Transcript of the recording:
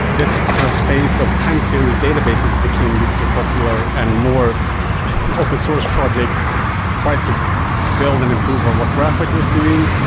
this kind of space of time series database became hugely popular and more open source project try to build an improve on what grahpite was doing.